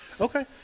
okay